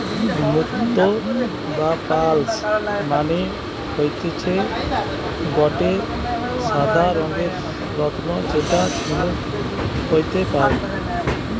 মুক্তো বা পার্লস মানে হতিছে গটে সাদা রঙের রত্ন যেটা ঝিনুক হইতে পায়